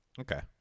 Okay